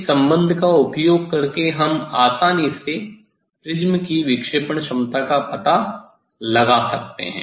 इस संबंध का उपयोग करके हम आसानी से प्रिज्म की विक्षेपण क्षमता का पता लगा सकते हैं